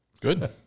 Good